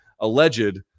alleged